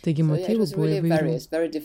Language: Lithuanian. taigi motyvų buvo įvairių